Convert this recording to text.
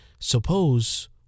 suppose